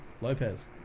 Lopez